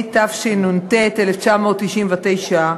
התשנ"ט 1999,